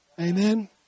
Amen